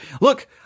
look